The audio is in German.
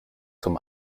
zum